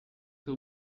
will